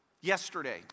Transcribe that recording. yesterday